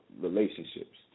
relationships